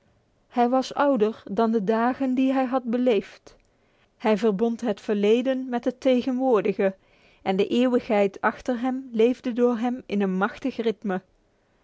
hij was ouder dan de dagen die hij had geleefd hij verbond het verleden met het tegenwoordige en de eeuwigheid achter hem leefde door hem in een machtig